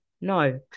No